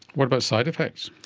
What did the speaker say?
what about side effects?